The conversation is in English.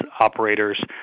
operators